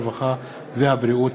הרווחה והבריאות.